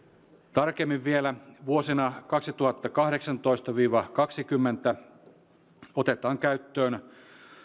tarkemmin vielä vuosina kaksituhattakahdeksantoista viiva kaksikymmentä otetaan käyttöön